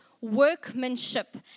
workmanship